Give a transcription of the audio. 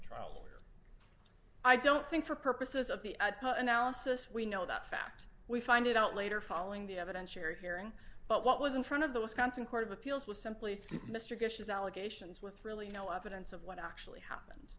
trial i don't think for purposes of the analysis we know that fact we find out later following the evidentiary hearing but what was in front of the wisconsin court of appeals was simply mr bush's allegations with really no evidence of what actually happen